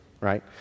right